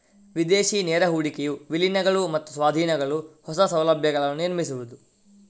ವಿದೇಶಿ ನೇರ ಹೂಡಿಕೆಯು ವಿಲೀನಗಳು ಮತ್ತು ಸ್ವಾಧೀನಗಳು, ಹೊಸ ಸೌಲಭ್ಯಗಳನ್ನು ನಿರ್ಮಿಸುವುದು